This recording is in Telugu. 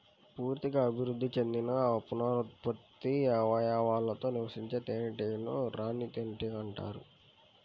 పూర్తిగా అభివృద్ధి చెందిన పునరుత్పత్తి అవయవాలతో నివసించే తేనెటీగనే రాణి తేనెటీగ అంటారు